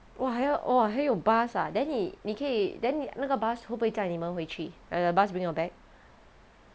!wah! 还要 !wah! 还要 bus ah then 你你可以 then 那个 bus 会不会载你们回去 will the bus bring you all back